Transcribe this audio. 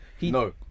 No